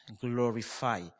glorify